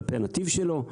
כלפי הנתיב שלו,